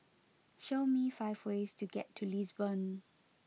show me five ways to get to Lisbon